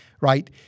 right